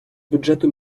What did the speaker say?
бюджету